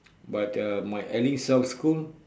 but uh my Elling South school